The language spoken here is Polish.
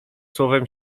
słowem